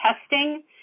testing